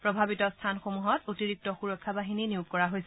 প্ৰভাৱিত স্থানসমূহত অতিৰিক্ত সুৰক্ষা বাহিনী নিয়োগ কৰা হৈছে